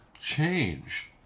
change